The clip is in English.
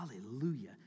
Hallelujah